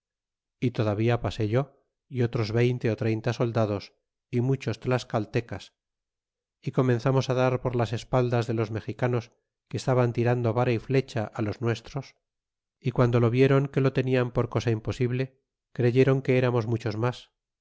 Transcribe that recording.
y todavía pasé yo y otros veinte treinta soldados y muchos tlascaltecas y comenzamos á dar por las espaldas de los mexicanos que estaban tirando vara y flecha á los nuestros y guando lo vieron que lo tenian por cosa imposible creyeron que eramos muchos mas